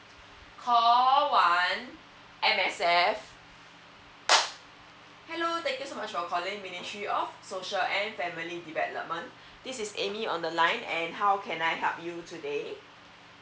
call one M_S_F hello thank you so much for calling ministry of social and family development this is ammy on the line and how can I help you today